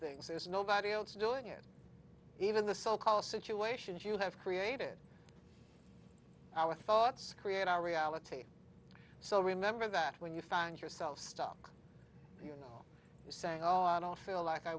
things there's nobody else doing it even the so called situations you have created our thoughts create our reality so remember that when you find yourself stuck you know you say oh i don't feel like i